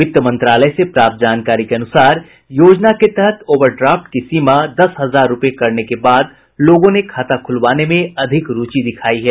वित्त मंत्रालय से प्राप्त जानकारी के अनुसार योजना के तहत ओवर ड्राफ्ट की सीमा दस हजार रूपये करने के बाद लोगों ने खाता खुलवाने में अधिक रूचि दिखलायी है